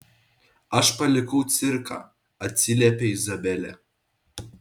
aš palikau cirką atsiliepia izabelė